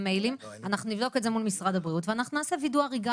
המיילים ואנחנו נבדוק את זה מול המשרד הבריאות ואנחנו נעשה וידוא הריגה,